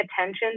attention